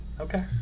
okay